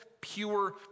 pure